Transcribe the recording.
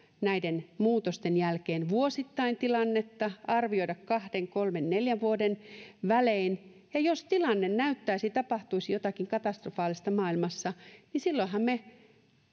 näiden muutosten jälkeen vuosittain tilannetta arvioida kahden kolmen neljän vuoden välein ja jos tilanne näyttäisi siltä että tapahtuisi jotakin katastrofaalista maailmassa niin silloinhan me